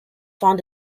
found